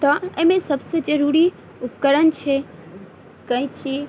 तऽ एहिमे सबसे जरूरी उपकरण छै कैंची